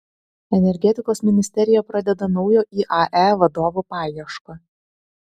energetikos ministerija pradeda naujo iae vadovo paiešką